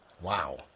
Wow